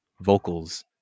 vocals